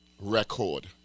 record